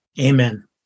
Amen